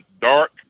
dark